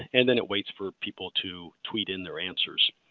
and then it waits for people to tweet in their answers.